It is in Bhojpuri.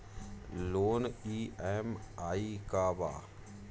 लोन ई.एम.आई का बा?